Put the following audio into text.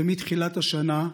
90 איש, ומתחילת השנה,